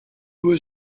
was